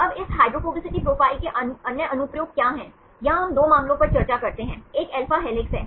तो अब इस हाइड्रोफोबिसिटी प्रोफाइल के अन्य अनुप्रयोग क्या हैं यहां हम 2 मामलों पर चर्चा करते हैं एक अल्फा हेलिक्स है